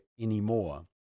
anymore